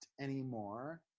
anymore